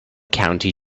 county